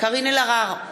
קארין אלהרר,